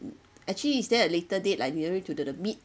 actually is there a later date like nearer to the the mid